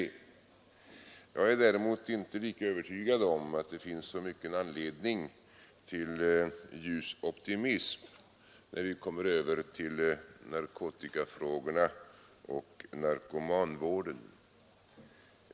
Jag är däremot inte lika övertygad om att det finns så stor anledning till ljus optimism när vi kommer över till narkotikafrågorna och narkomanvården.